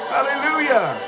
hallelujah